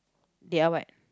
they are what